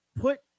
put